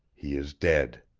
he is dead.